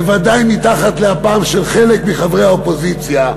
בוודאי מתחת לאפם של חלק מחברי האופוזיציה,